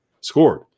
scored